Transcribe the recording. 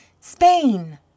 Spain